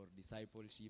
discipleship